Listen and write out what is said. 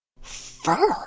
Fur